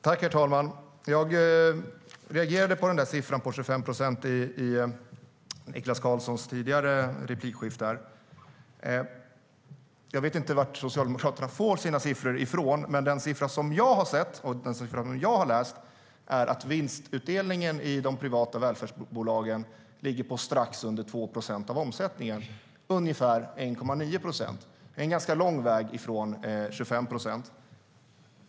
Herr talman! Jag reagerade på den siffran, 25 procent, i Niklas Karlssons tidigare replikskifte. Jag vet inte var Socialdemokraterna får sina siffror. Men den siffra som jag har sett, den siffra som jag har läst, är att vinstutdelningen i de privata välfärdsbolagen ligger på strax under 2 procent av omsättningen, på ca 1,9 procent. Det är ganska långt ifrån 25 procent.